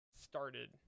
started